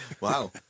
Wow